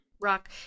rock